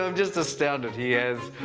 um just astounded. he has.